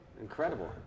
Incredible